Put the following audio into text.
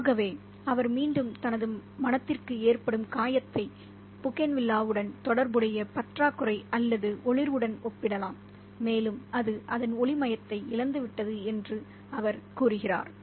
ஆகவே அவர் மீண்டும் தனது மனதிற்கு ஏற்படும் காயத்தை புகேன்வில்லாவுடன் தொடர்புடைய பற்றாக்குறை அல்லது ஒளிர்வுடன் ஒப்பிடலாம் மேலும் அது அதன் ஒளிமயத்தை இழந்துவிட்டது என்று அவர் கூறுகிறார்